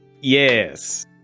Yes